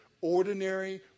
ordinary